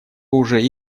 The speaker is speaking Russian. уже